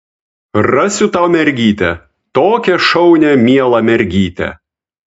rasiu tau mergytę tokią šaunią mielą mergytę